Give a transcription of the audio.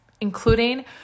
including